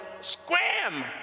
scram